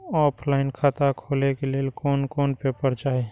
Online खाता खोले के लेल कोन कोन पेपर चाही?